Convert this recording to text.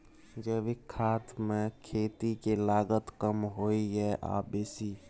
जैविक खाद मे खेती के लागत कम होय ये आ बेसी?